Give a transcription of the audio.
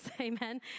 Amen